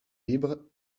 libres